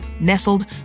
nestled